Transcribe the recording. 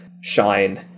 shine